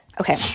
Okay